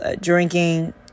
drinking